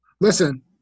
Listen